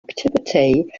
activity